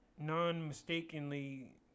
non-mistakenly